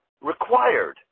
required